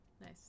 nice